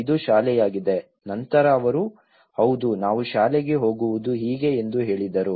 ಇದು ಶಾಲೆಯಾಗಿದೆ ನಂತರ ಅವರು ಹೌದು ನಾವು ಶಾಲೆಗೆ ಹೋಗುವುದು ಹೀಗೆ ಎಂದು ಹೇಳಿದರು